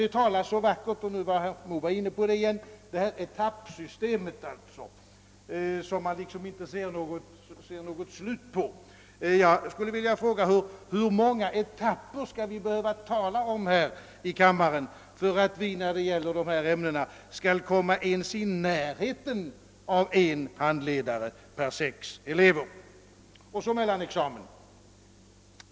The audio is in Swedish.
Det talas så vackert om detta etappsystem — nu senast var herr Moberg inne på det — som man liksom inte ser något slut på. Jag frågar: Hur många etapper skall vi behöva tala om här i kammaren för att vi när det gäller dessa ämnen skall komma ens i närheten av en handledare per sex elever? Och så mellanexamen!